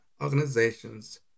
organizations